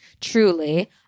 truly